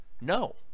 No